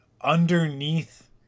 underneath